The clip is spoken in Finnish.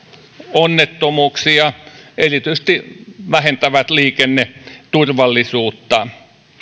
onnettomuuksia erityisesti vähentävät liikenneturvallisuutta